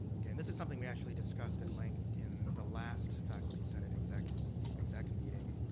yeah and this is something we actually discussed at length in the last faculty senate exec exec meeting.